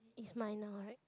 is mine now right